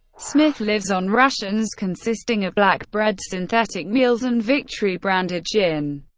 smith lives on rations consisting of black bread, synthetic meals, and victory branded gin.